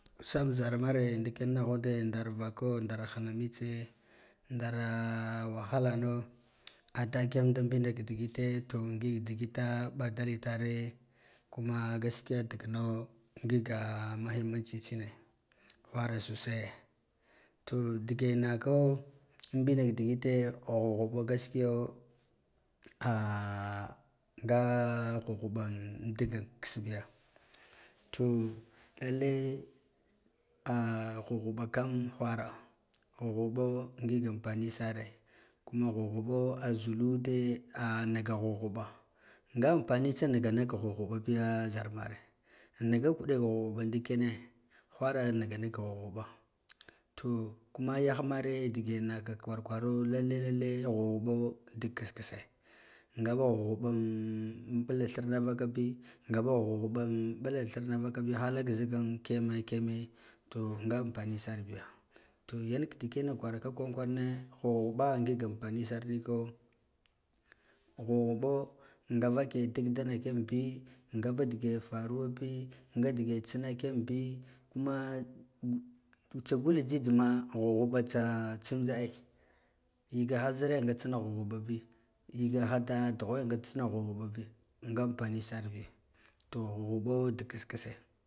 Wam zi mare ndiken na ghude ndar vako ndar hina mitse ndara wahalano ada kiyamda mbina digite to ngig digite ɓadal itare kuma gaskiga digno nga muhimantsi tsine whara sosaiye to dige nako mbina ka digite ghu bghuɓa gaskiya ah nga ghubghuban in dig kiss biya to lelle ah ghuɓghuɓa kama whara gh uɓgluɗo ngig ampani sare kuma ghubghubo a zuluwude a niga ghubghuɓa nga ampani tsa niga nig ka ghuɓghuɓa ɓiya zarmare an nigae kuɗek ghuɓghuɓa kiyene whara niga nigka ghuɓghuɓa to kuma yahmare ndige naka kwar kwaro lelle ghughubo dik kisse kisse ngaba ghuɓghuɓa am buɗa thiraa vakabi ngaba ghuɓghuɓan am buɗa thirna vakabi ngaba ghuɓghuɓan an thira vakabi halak zikin kiyeme kiyeme to nga ampani sar biga gank ka digena kwaraka kwaran kwarane ghuɓghuɓa ngig ampaniyar nika ghuɓghuɓo nga vake diga dina kigam ngaba dege farwabi ngadige tsina kigambi vuma tsa ngul jhighma ghuɓghuɓa tsatsihuba ai yigaha zire nga tsina ghu ɓghubabi gigada dughwe nga tsina ghuɓghuɓa bi nga ampani sarbi to ghubghubo dik kiss kisse.